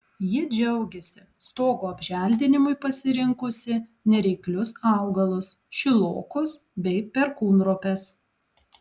ji džiaugiasi stogo apželdinimui pasirinkusi nereiklius augalus šilokus bei perkūnropes